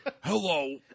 Hello